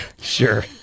Sure